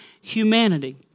humanity